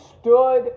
stood